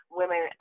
women